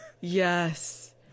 yes